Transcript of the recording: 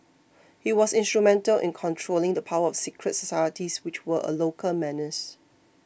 he was instrumental in controlling the power of secret societies which were a local menace